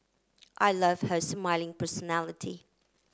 I love her smiling personality